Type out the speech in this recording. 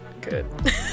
good